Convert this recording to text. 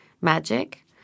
magic